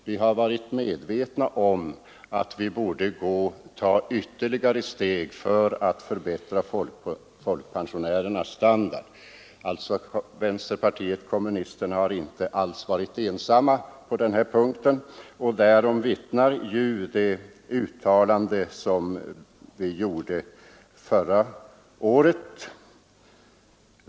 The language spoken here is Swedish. Vi har också varit medvetna om att vi borde ta ytterligare steg för att förbättra folkpensionärernas standard. Vänsterpartiet kommunisterna har inte varit ensamma på denna punkt. Därom vittnar det uttalande vi gjorde förra året.